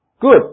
good